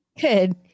Good